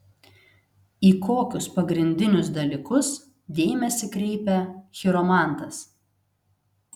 į kokius pagrindinius dalykus dėmesį kreipia chiromantas